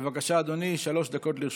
בבקשה, אדוני, שלוש דקות לרשותך.